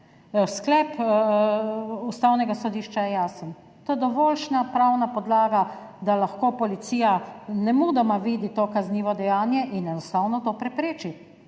Sklep Ustavnega sodišča je jasen, to je dovoljšna pravna podlaga, da lahko policija nemudoma vidi to kaznivo dejanje in enostavno to prepreči.